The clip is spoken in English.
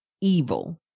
evil